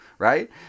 Right